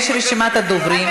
יש רשימת דוברים.